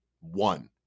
One